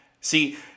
See